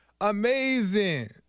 Amazing